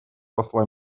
посла